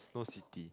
Snow-City